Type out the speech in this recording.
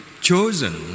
chosen